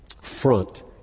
front